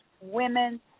women